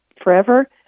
forever